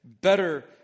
better